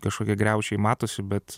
kažkokie griaučiai matosi bet